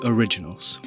Originals